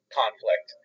conflict